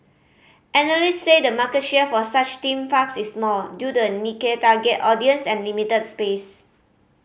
analysts say the market share for such theme parks is small due to a niche target audience and limited space